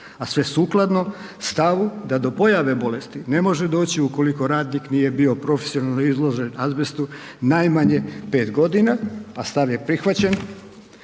a sve sukladno stavu da do pojave bolesti ne može doći ukoliko radnik nije bio profesionalno izložen azbestu najmanje 5 godina, a stav je prihvaćen